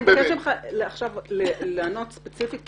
אני מבקשת ממך עכשיו לענות ספציפית,